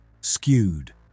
skewed